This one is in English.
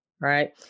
right